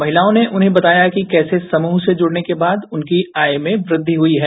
महिलाओं ने उन्हें बताया कि कैसे समूह से जुड़ने के बाद उनकी आय में वृद्धि हुई है